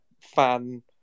fan